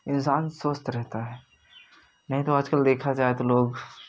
इंसान स्वस्थ रहता है नहीं तो आजकल देखा जाए तो लोग